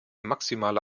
maximale